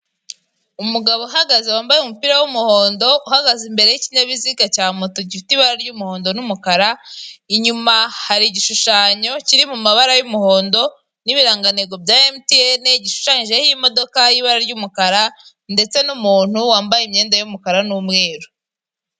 Umugabo uhagaze wambaye umupira wumuhondo, uhagaze imbere yikinyabiziga cya moto gifite ibara ry'umuhondo n'umukara. Inyuma hari igishushanyo kiri mu mabara y'umuhondo n'ibirangantego bya emutiyene gishushanyijeho imodoka yibara ry'umukara ndetse n'umuntu wambaye imyenda y'umukara n'umweru.